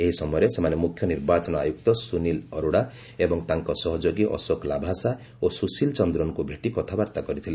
ଏହି ସମୟରେ ସେମାନେ ମୁଖ୍ୟ ନିର୍ବାଚନ ଆୟୁକ୍ତ ସୁନୀଲ ଅରୋଡା ଏବଂ ତାଙ୍କ ସହଯୋଗୀ ଅଶୋକ ଲାଭାସା ଓ ସୁଶୀଲ ଚନ୍ଦ୍ରନଙ୍କୁ ଭେଟି କଥାବାର୍ତ୍ତା କରିଥିଲେ